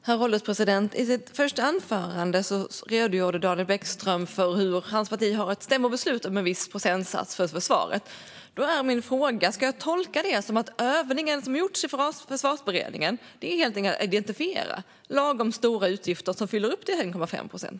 Herr ålderspresident! I sitt första anförande redogjorde Daniel Bäckström för att hans parti har ett stämmobeslut om en viss procentsats för försvaret. Ska jag tolka det som att övningen som gjorts i Försvarsberedningen helt enkelt är att identifiera lagom stora utgifter som fyller upp till 1,5 procent?